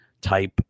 type